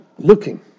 looking